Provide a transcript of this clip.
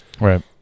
Right